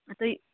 ꯑꯇꯩ